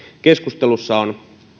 keskustelussa on